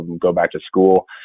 go-back-to-school